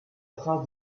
trace